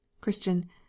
christian